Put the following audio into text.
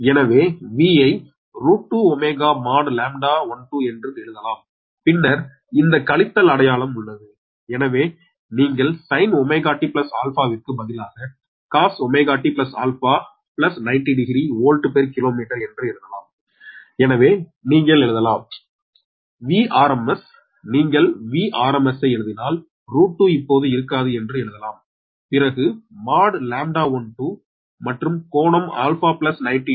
எனவே V ஐ √2 ω mod λ12 என்று எழுதலாம் பின்னர் இந்த கழித்தல் அடையாளம் உள்ளது எனவே நீங்கள் sin 𝜔t 𝛼 விற்கு பதிலாக cos 𝜔 t 𝛼 900 volt per kilometre என்று எழுதலாம் எனவே நீங்கள் எழுதலாம் Vrms நீங்கள் Vrms ஐ எழுதினால் √2 இப்போது இருக்காது என்று எழுதலாம் பிறகு mod λ12 மற்றும் கோணம் 𝛼 900